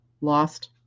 lost